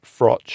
Frotch